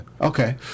Okay